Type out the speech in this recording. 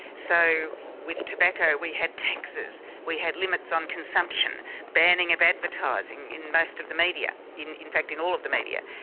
so with tobacco we had taxes we had limits on consumption banning of advertising in most of the media in in fact, in all of the media.